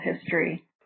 history